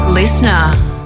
listener